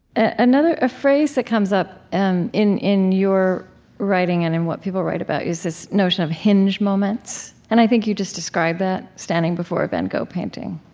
a phrase that comes up and in in your writing and in what people write about you is this notion of hinge moments. and i think you just described that standing before a van gogh painting.